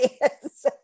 Yes